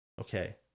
okay